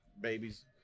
babies